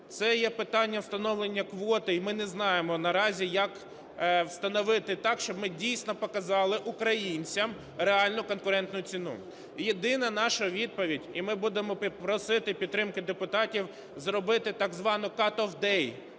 Це є питання встановлення квоти і ми не знаємо наразі як встановити так, щоб ми дійсно показали українцям реальну конкурентну ціну. Єдина наша відповідь, і ми будемо просити підтримки депутатів, зробити так звану cut-off